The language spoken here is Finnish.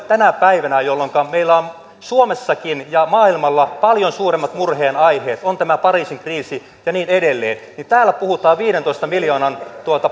tänä päivänä jolloinka meillä on suomessakin ja maailmalla paljon suuremmat murheen aiheet on tämä pariisin kriisi ja niin edelleen täällä puhutaan viidentoista miljoonan